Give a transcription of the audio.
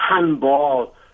handball